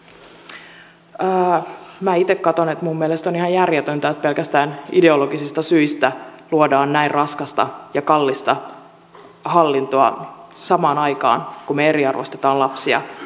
minä itse katson että minun mielestäni on ihan järjetöntä että pelkästään ideologisista syistä luodaan näin raskasta ja kallista hallintoa samaan aikaan kun eriarvoistetaan lapsia